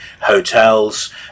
hotels